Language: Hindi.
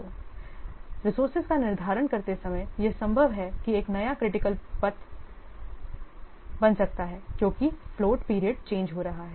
इसलिए रिसोर्सेज का निर्धारण करते समय यह संभव है कि यह एक नया क्रिटिकल पथ बन सकता है क्योंकि फ्लोट पीरियड चेंज हो रहा है